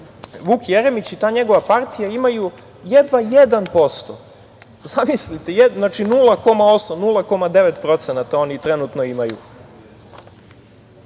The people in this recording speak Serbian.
Vuk Jeremić i ta njegova partija imaju jedva 1%. Zamislite, 0,8%, 0,9% oni trenutno imaju.